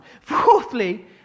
Fourthly